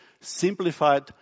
simplified